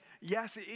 Yes